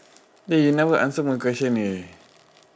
then you never answer my question leh